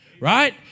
Right